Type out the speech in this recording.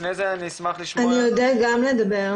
לפני זה אני אשמח לשמוע --- אני אודה גם לדבר.